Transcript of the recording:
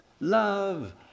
Love